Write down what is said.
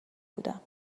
بودم